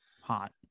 Hot